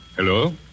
Hello